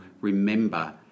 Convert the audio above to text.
remember